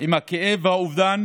עם הכאב והאובדן